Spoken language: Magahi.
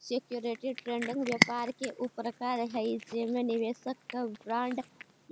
सिक्योरिटी ट्रेडिंग व्यापार के ऊ प्रकार हई जेमे निवेशक कर बॉन्ड